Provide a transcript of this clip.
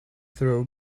throw